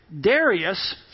Darius